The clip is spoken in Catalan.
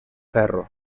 ferro